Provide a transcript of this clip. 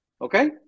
Okay